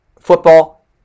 football